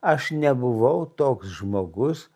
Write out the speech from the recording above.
aš nebuvau toks žmogus